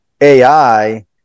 AI